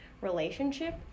relationship